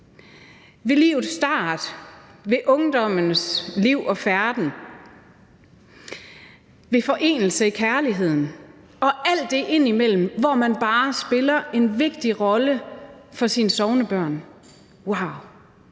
ved livets start, ved ungdommens liv og færden, ved forening i kærligheden og alt det indimellem, hvor man bare spiller en vigtig rolle for sine sognebørn. Wow!